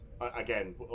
Again